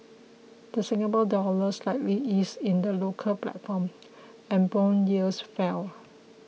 the Singapore Dollar slightly eased in the local platform and bond yields fell